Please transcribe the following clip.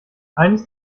eines